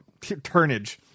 turnage